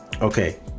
Okay